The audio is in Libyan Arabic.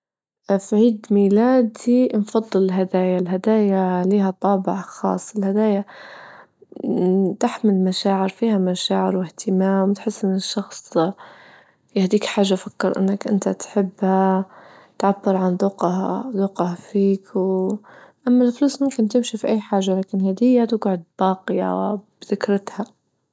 في عيد ميلادي أنفضل الهدايا، الهدايا ليها طابع خاص الهدايا تحمل مشاعر فيها مشاعر واهتمام تحس أن الشخص يهديك حاجة فكر أنك أنت تحبها تعبر عن ذوقها-ذوقها فيك، أما الفلوس ممكن تمشى ف اى حاجه لكن هدية تجعد باقية بذكرتها.